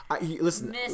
listen